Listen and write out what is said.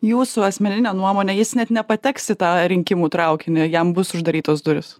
jūsų asmenine nuomone jis net nepateks į tą rinkimų traukinį jam bus uždarytos durys